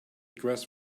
grass